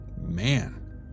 Man